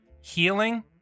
healing